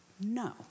No